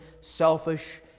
selfish